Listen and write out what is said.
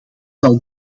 zal